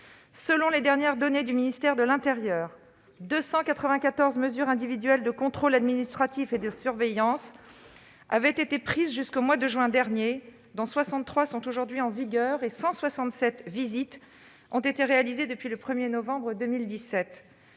Selon les dernières données du ministère de l'intérieur, 294 mesures individuelles de contrôle administratif et de surveillance ont été prises jusqu'au mois de juin dernier, dont 63 sont aujourd'hui en vigueur. Par ailleurs, 167 visites ont été réalisées depuis le 1 novembre 2017.